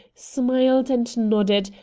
smiled and nodded,